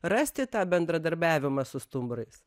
rasti tą bendradarbiavimą su stumbrais